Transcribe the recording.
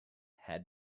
had